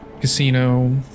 casino